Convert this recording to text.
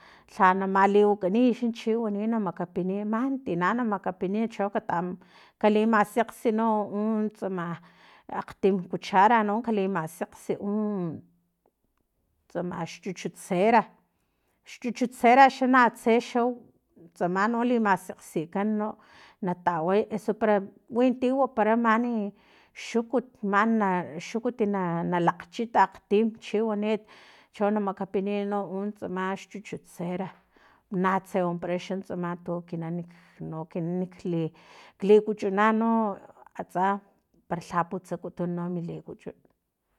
Lhana maliwakaniy xa chiwani na makapiniy man tina makapiniy cho kata kalimasakgsi no u tsama akgtim cuchara no kalimasakgsiu tsama xchuchut cera xchuchut cera na tse xa tsama no li masekgsikan no nataway eso para winti wapara mani xukut mana xukuy na na lakgchita akgtim chiwanit chona makapiniy utsama xchuchut cera na tse wampara xa tsama tu ekinan no ekinan li likuchuna no atsa palha putsakutun no mi likuchun